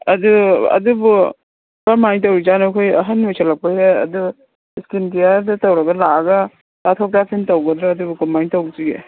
ꯑꯗꯨ ꯑꯗꯨꯕꯨ ꯀꯔꯝꯍꯥꯏꯅ ꯇꯧꯔꯤꯖꯥꯠꯅꯣ ꯑꯩꯈꯣꯏ ꯑꯍꯟ ꯑꯣꯏꯁꯜꯂꯛꯄꯩꯔ ꯑꯗꯨ ꯁ꯭ꯀꯤꯟ ꯀꯤꯌꯥꯔꯗ ꯇꯧꯔꯒ ꯂꯥꯛꯑꯒ ꯇꯥꯊꯣꯛ ꯇꯥꯁꯤꯟ ꯇꯧꯒꯗ꯭ꯔ ꯑꯗꯨꯕꯨ ꯀꯃꯥꯏ ꯇꯧꯁꯤꯒꯦ